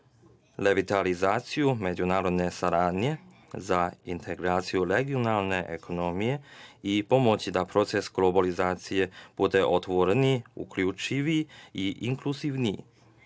revitalizaciju međunarodne saradnje za integraciju regionalne ekonomije i pomoći da proces globalizacije bude otvoreniji, uključiviji i inkluzivniji.